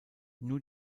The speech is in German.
nur